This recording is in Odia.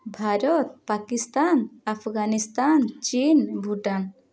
ଭାରତ ପାକିସ୍ତାନ୍ ଆଫ୍ଗାନିସ୍ତାନ୍ ଚୀନ୍ ଭୁଟାନ୍